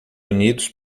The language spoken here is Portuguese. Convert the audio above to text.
unidos